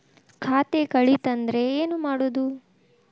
ಖಾತೆ ಕಳಿತ ಅಂದ್ರೆ ಏನು ಮಾಡೋದು?